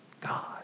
God